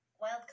wild